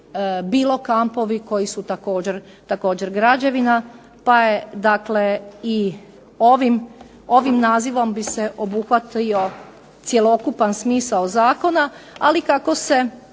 bilo kampovi koji su također građevina, pa je dakle i ovim nazivom bi se obuhvatio cjelokupan smisao zakona. Ali kako se